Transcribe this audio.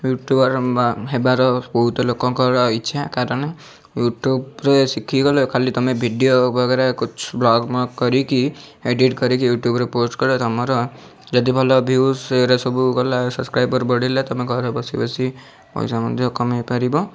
ୟୁଟ୍ୟୁବ୍ର ବା ହେବାର ବହୁତ ଲୋକଙ୍କର ଇଛା କାରଣ ୟୁଟ୍ୟୁବ୍ରେ ଶିଖିଗଲେ ଖାଲି ତମେ ଭିଡ଼ିଓ ବଗେରା କୁଛ ବ୍ଲଗ୍ ମ୍ଳକ କରିକି ଏଡ଼ିଟ୍ କରିକି ୟୁଟ୍ୟୁବ୍ରେ ପୋଷ୍ଟ କଲେ ତମର ଯଦି ଭଲ ଭିୟୁର୍ସ ଏଅରା ସବୁ ଗଲା ସବ୍ସ୍କ୍ରାଇବର ବଢ଼ିଲା ତମେ ଘରେ ବସିବସି ପଇସା ମଧ୍ୟ କମାଇ ପାରିବ